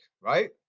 right